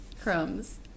crumbs